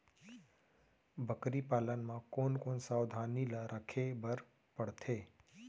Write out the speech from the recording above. बकरी पालन म कोन कोन सावधानी ल रखे बर पढ़थे?